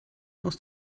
aus